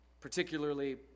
particularly